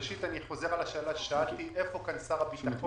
ראשית אני חוזר על השאלה ששאלתי, איפה שר הביטחון.